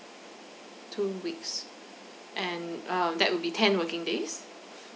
two weeks and um that will be ten working days